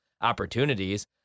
opportunities